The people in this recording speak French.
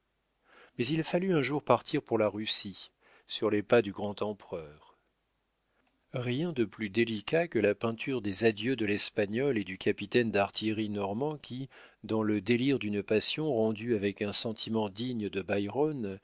mais il fallut un jour partir pour la russie sur les pas du grand empereur rien de plus délicat que la peinture des adieux de l'espagnole et du capitaine d'artillerie normand qui dans le délire d'une passion rendue avec un sentiment digne de